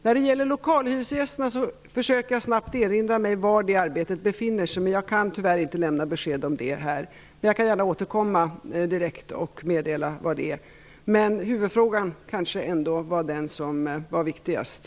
När det gäller lokalhyresgästerna försöker jag snabbt erinra mig var det arbetet befinner sig. Tyvärr kan jag inte lämna besked här, men jag återkommer gärna om det. Det kanske ändå var viktigast att få svar på huvudfrågan.